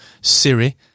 Siri